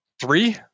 three